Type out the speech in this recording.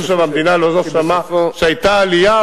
יש מישהו במדינה שלא שמע שהיתה עלייה?